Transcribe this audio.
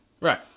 Right